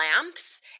lamps